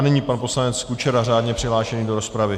Nyní pan poslanec Kučera řádně přihlášený do rozpravy.